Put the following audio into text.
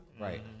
Right